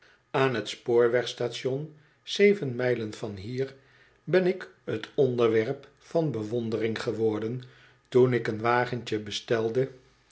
aan t spoorweg station zeven mijlen van hier ben ik hot onderwerp van bewondering geworden toen ik een wagentje bestelde